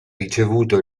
ricevuto